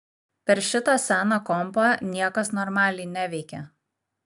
per šitą seną kompą niekas normaliai neveikia